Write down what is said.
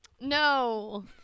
No